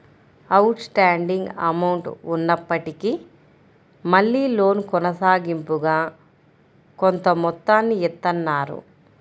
out standing amount ఉన్నప్పటికీ మళ్ళీ loan కొనసాగింపుగా కొంత మొత్తాన్ని ఇత్తన్నారు